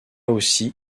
aussi